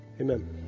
Amen